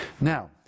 Now